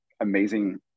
amazing